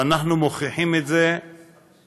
ואנחנו מוכיחים את זה יום-יום,